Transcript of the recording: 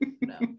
No